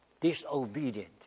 disobedient